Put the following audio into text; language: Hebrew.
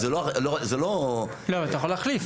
אז זה לא --- אתה יכול להחליף.